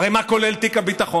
הרי מה כולל תיק הביטחון?